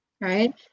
right